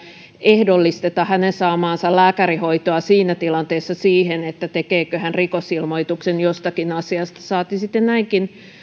ehdollisteta hänen saamaansa lääkärihoitoa siinä tilanteessa siihen tekeekö hän rikosilmoituksen jostakin asiasta saati sitten näinkin